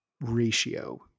ratio